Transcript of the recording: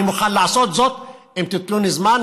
אני מוכן לעשות זאת אם תיתנו לי זמן,